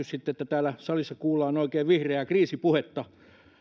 sitten nähneet kuinka täällä salissa kuullaan oikein vihreää kriisipuhetta